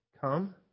come